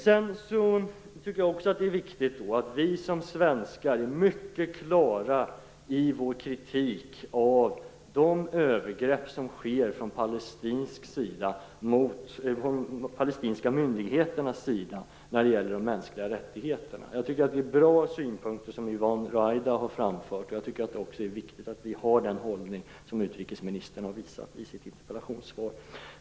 Det är också viktigt att vi som svenskar är mycket klara i vår kritik av de övergrepp som sker från de palestinska myndigheternas sida när det gäller de mänskliga rättigheterna. Det är bra synpunkter som Yvonne Ruwaida har framfört. Det är viktigt att vi har den hållning som utrikesministern har visat i sitt interpellationssvar.